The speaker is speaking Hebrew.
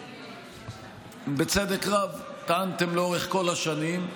בצדק רב טענתם לאורך כל השנים,